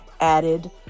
added